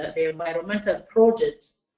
ah the environmental projects,